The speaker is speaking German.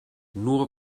nur